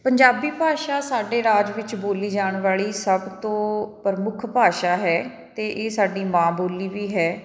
ਪੰਜਾਬੀ ਭਾਸ਼ਾ ਸਾਡੇ ਰਾਜ ਵਿੱਚ ਬੋਲੀ ਜਾਣ ਵਾਲੀ ਸਭ ਤੋਂ ਪ੍ਰਮੁੱਖ ਭਾਸ਼ਾ ਹੈ ਅਤੇ ਇਹ ਸਾਡੀ ਮਾਂ ਬੋਲੀ ਵੀ ਹੈ